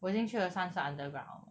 我已经去了三次 underground